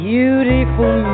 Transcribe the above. Beautiful